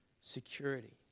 security